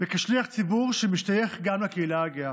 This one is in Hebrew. וכשליח ציבור שמשתייך גם לקהילה הגאה,